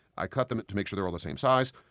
i cut them to make sure they are all the same size,